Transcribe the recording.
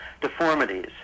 deformities